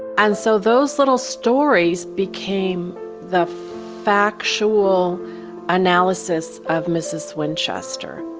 and so those little stories became the factual analysis of mrs. winchester